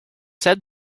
said